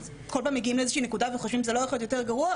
כל פעם נכנסים לאיזו שהיא נקודה ואומרים "זה לא יכול להיות יותר גרוע",